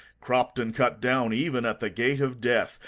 cropped and cut down even at the gate of death,